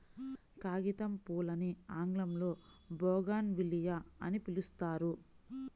కాగితంపూలని ఆంగ్లంలో బోగాన్విల్లియ అని పిలుస్తారు